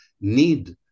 need